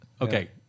Okay